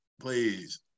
please